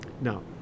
No